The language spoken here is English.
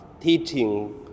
teaching